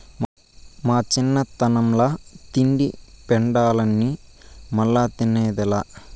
మా చిన్నతనంల తింటి పెండలాన్ని మల్లా తిన్నదేలా